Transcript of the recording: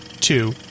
two